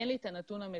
אין לי את הנתון המדויק.